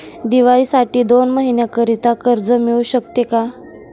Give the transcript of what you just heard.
दिवाळीसाठी दोन महिन्याकरिता कर्ज मिळू शकते का?